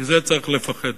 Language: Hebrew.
מזה צריך לפחד.